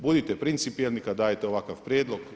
Budite principijelni kad dajete ovakav prijedlog.